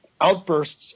outbursts